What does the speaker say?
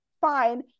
fine